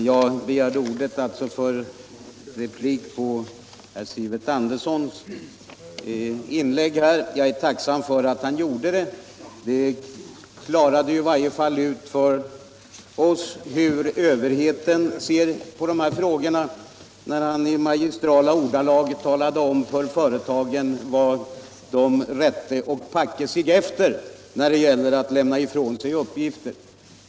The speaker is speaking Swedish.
Herr talman! Jag begärde ordet för att replikera på vad herr Sivert Andersson i Stockholm sade i sitt inlägg. Jag är tacksam för det inlägget. Det klarade i varje fall ut för oss hur överheten ser på dessa frågor när han i magistrala ordalag sade till företagen, att det rätter och packer Eder efter, då det gäller att lämna uppgifter.